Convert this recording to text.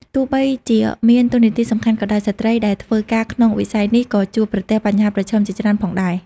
ទោះបីជាមានតួនាទីសំខាន់ក៏ដោយ ស្ត្រីដែលធ្វើការក្នុងវិស័យនេះក៏ជួបប្រទះបញ្ហាប្រឈមជាច្រើនផងដែរ។